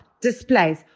displays